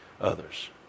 others